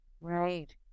Right